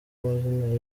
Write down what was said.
amazina